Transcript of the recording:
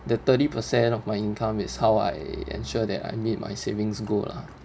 the thirty percent of my income is how I ensure that I made my savings goal lah